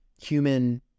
human